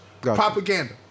Propaganda